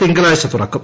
തിങ്കളാഴ്ച തുറക്കും